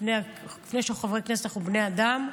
לפני שאנחנו חברי כנסת אנחנו בני אדם.